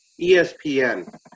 ESPN